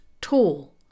tall